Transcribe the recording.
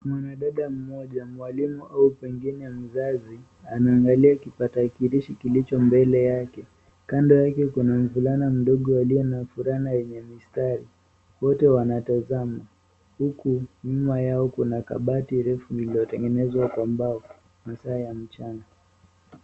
Mwanadada mmoja mwalimu au pengine mzazi anaangalia kipakatalishi kilicho mbele yake. Kando yake kuna mvulana mdogo aliye na fulana yenye mistari. Wote wanatazama. Huku nyuma yao kuna kabati refu lililotengenezwa kwa mbao. Masaa ya mchana.